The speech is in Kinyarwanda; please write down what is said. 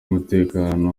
umutekano